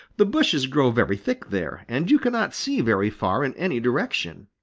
the bushes grow very thick there, and you cannot see very far in any direction.